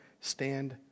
stand